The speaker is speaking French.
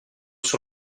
sur